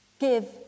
Give